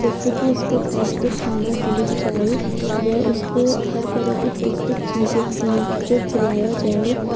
जैसे कि उसको पौष्टिक खाना दिया जाए वह उसको हर तरह के पौष्टिक चीज़ों को खिलाया जाए